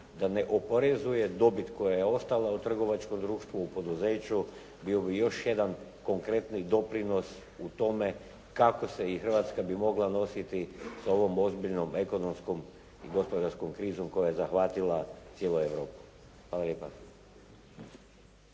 da ne oporezuje dobit koja je ostala u trgovačkom društvu, u poduzeću bio bi još jedan konkretni doprinos u tome kako se i Hrvatska bi mogla nositi s ovom ozbiljnom ekonomskom i gospodarskom krizom koja je zahvatila cijelu Europu. Hvala lijepa.